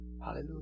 Hallelujah